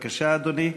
בבקשה, אדוני.